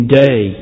day